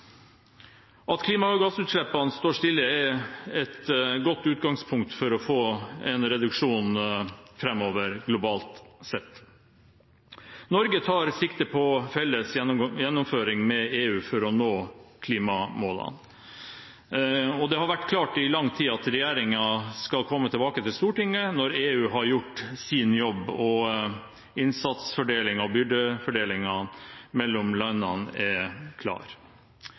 At klimagassutslippene står stille, er et godt utgangspunkt for å få en reduksjon framover globalt sett. Norge tar sikte på felles gjennomføring med EU for å nå klimamålene. Det har vært klart i lang tid at regjeringen skal komme tilbake til Stortinget når EU har gjort sin jobb og innsatsfordelingen og byrdefordelingen mellom landene er klar.